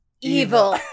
evil